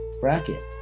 bracket